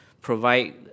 provide